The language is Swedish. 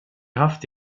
haft